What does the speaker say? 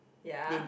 ya